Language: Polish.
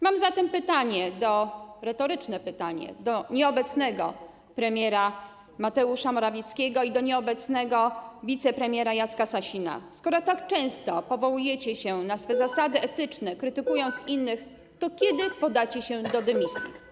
Mam zatem retoryczne pytanie do nieobecnego premiera Mateusza Morawieckiego i do nieobecnego wicepremiera Jacka Sasina: Skoro tak często powołujecie się na swe zasady etyczne, krytykując innych, to kiedy podacie się do dymisji?